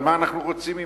אבל מה אנחנו רוצים ממנו?